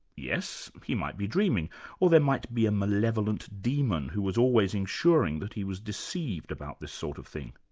yes, he might be dreaming or there might be a malevolent demon who was always ensuring that he was deceived about this sort of thing.